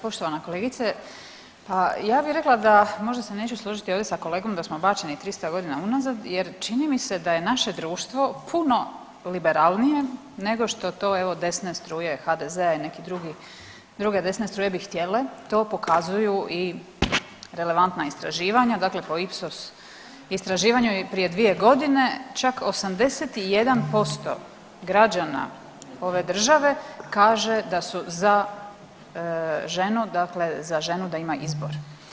Poštovana kolegice, ja bi rekla da, možda se neću složiti ovdje sa kolegom da smo bačeni 300 godina unazad jer čini mi se da je naše društvo puno liberalnije nego što to evo desne struje HDZ-a i neki drugi, druge desne struje bi htjele, to pokazuju i relevantna istraživanja dakle po Ipsos istraživanju i prije 2 godine, čak 81% građana ove države kaže da su za ženu, dakle za ženu da ima izbor.